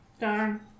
Darn